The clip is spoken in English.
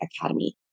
Academy